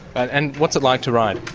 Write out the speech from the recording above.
and and what's it like to ride?